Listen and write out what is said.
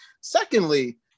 Secondly